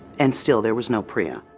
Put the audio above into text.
and still there was no prea.